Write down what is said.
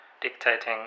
dictating